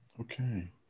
Okay